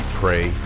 pray